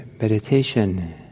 meditation